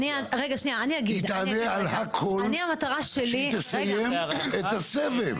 היא תענה על הכול כשהיא תסיים את הסבב.